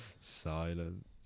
Silence